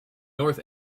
north